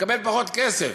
אתה מקבל פחות כסף.